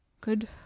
Good